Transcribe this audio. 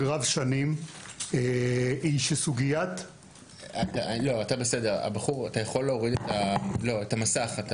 רב-שנים היא שסוגיית הבינוי עומדת לפתחן של הרשויות המקומיות,